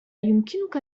يمكنك